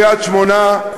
קריית-שמונה,